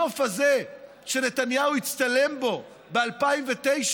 הנוף הזה שנתניהו הצטלם בו ב-2009,